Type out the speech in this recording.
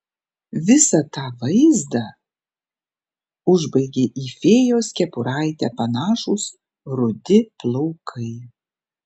visą tą vaizdą užbaigė į fėjos kepuraitę panašūs rudi plaukai